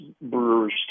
Brewers